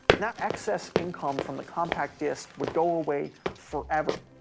now excess income from the compact disc would go away forever.